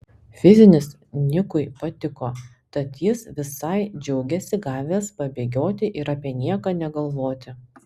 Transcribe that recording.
fizinis nikui patiko tad jis visai džiaugėsi gavęs pabėgioti ir apie nieką negalvoti